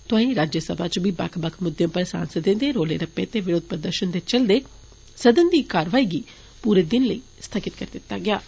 तोआई राज्य सभा च बी बक्ख बक्ख मुद्दे उप्पर सांसदें दे रोले रप्पे ते विरोध प्रदर्षनें दे चलदे सदन दी कारवाई गी पूरे दिनें लेई स्थगित करी दिता गेआ ऐ